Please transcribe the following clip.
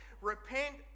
Repent